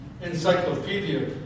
encyclopedia